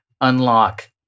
unlock